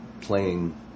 playing